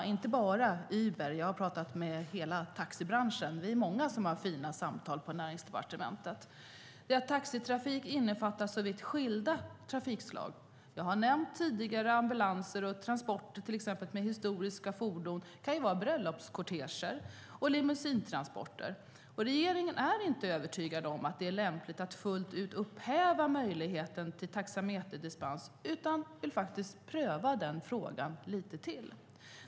Vi är många som har haft fina samtal på Näringsdepartementet. Det som jag då har reflekterat över är att taxitrafik innefattar så vitt skilda trafikslag. Jag har tidigare nämnt ambulanser och transporter till exempel med historiska fordon. Det kan vara bröllopskorteger och limousinetransporter. Regeringen är inte övertygad om att det är lämpligt att fullt ut upphäva möjligheten till taxameterdispens utan vill faktiskt pröva den frågan lite till.